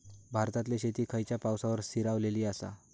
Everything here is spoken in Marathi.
भारतातले शेती खयच्या पावसावर स्थिरावलेली आसा?